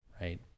right